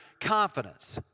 confidence